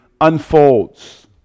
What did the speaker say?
unfolds